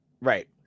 Right